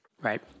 Right